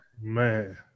man